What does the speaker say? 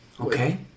Okay